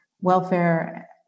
welfare